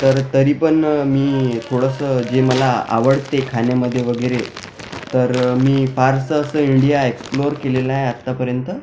तर तरी पण मी थोडंसं जे मला आवडते खाण्यामध्ये वगैरे तर मी फारसं असं इंडिया एक्सप्लोअर केलेलं आहे आत्तापर्यंत